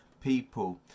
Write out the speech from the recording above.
people